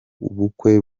ubukwe